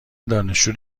دانشجو